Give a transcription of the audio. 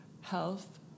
health